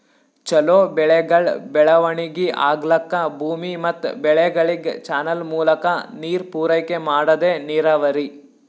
ಛಲೋ ಬೆಳೆಗಳ್ ಬೆಳವಣಿಗಿ ಆಗ್ಲಕ್ಕ ಭೂಮಿ ಮತ್ ಬೆಳೆಗಳಿಗ್ ಚಾನಲ್ ಮೂಲಕಾ ನೀರ್ ಪೂರೈಕೆ ಮಾಡದೇ ನೀರಾವರಿ